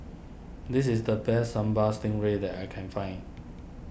this is the best Sambal Stingray that I can find